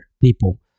people